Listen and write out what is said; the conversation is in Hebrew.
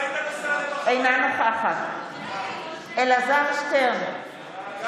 אינה נוכחת אלעזר שטרן,